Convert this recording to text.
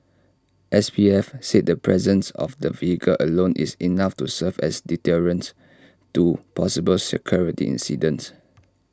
S P F said the presence of the vehicle alone is enough to serve as deterrent to possible security incidents